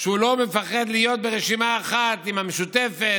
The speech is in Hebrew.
שהוא לא מפחד להיות ברשימה אחת עם המשותפת,